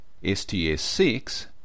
STS-6